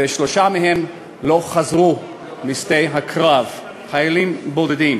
ושלושה מהם לא חזרו משדה הקרב חיילים בודדים.